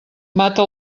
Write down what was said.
mata